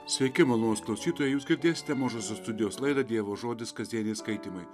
sveiki malonūs klausytojai jūs girdėsite mažosios studijos laidą dievo žodis kasdieniai skaitymai